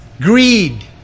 Greed